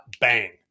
bang